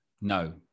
No